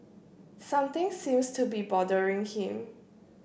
something seems to be bothering him